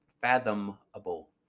fathomable